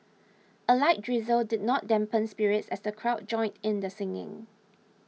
a light drizzle did not dampen spirits as the crowd joined in the singing